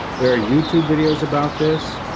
there are youtube videos about this.